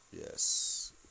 Yes